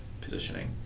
positioning